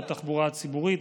בתחבורה הציבורית,